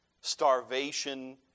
starvation